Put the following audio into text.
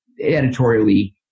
editorially